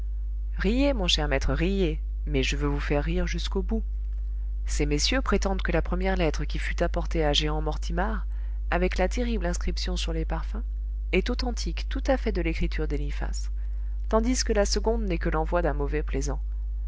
riez mon cher maître riez mais je veux vous faire rire jusqu'au bout ces messieurs prétendent que la première lettre qui fut apportée à jehan mortimar avec la terrible inscription sur les parfums est authentique tout à fait de l'écriture d'eliphas tandis que la seconde n'est que l'envoi d'un mauvais plaisant